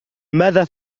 ماذا